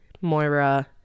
Moira